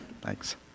thanks